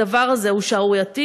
הדבר הזה הוא שערורייתי,